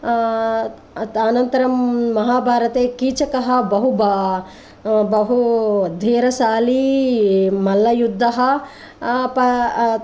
अनन्तरं महाभारते कीचकः बहु बा बहु धीरशाली मल्लयुद्धः प